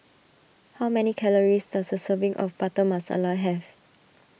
how many calories does a serving of Butter Masala have